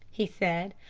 he said.